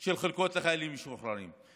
של חלקות לחיילים משוחררים.